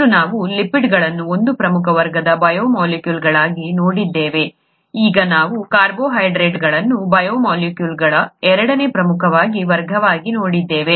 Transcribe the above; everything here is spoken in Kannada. ಮೊದಲು ನಾವು ಲಿಪಿಡ್ಗಳನ್ನು ಒಂದು ಪ್ರಮುಖ ವರ್ಗದ ಬಯೋಮಾಲಿಕ್ಯೂಲ್ಗಳಾಗಿ ನೋಡಿದ್ದೇವೆ ಈಗ ನಾವು ಕಾರ್ಬೋಹೈಡ್ರೇಟ್ಗಳನ್ನು ಬಯೋಮಾಲಿಕ್ಯೂಲ್ಗಳ ಎರಡನೇ ಪ್ರಮುಖ ವರ್ಗವಾಗಿ ನೋಡುತ್ತಿದ್ದೇವೆ